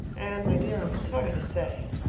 anne, my dear, i'm sorry to say.